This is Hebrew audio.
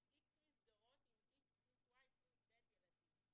יש X מסגרות עם X פלוס Y פלוס Z ילדים.